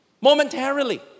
momentarily